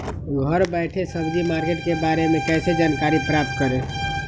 घर बैठे सब्जी मार्केट के बारे में कैसे जानकारी प्राप्त करें?